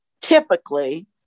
typically